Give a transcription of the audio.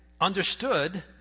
understood